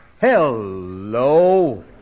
Hello